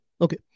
Okay